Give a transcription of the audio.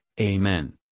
Amen